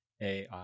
AI